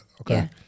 okay